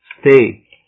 stay